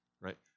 right